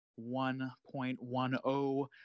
1.10